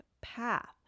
path